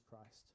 Christ